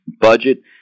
budget